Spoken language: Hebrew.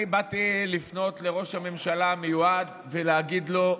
אני באתי לפנות לראש הממשלה המיועד ולהגיד לו: